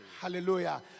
Hallelujah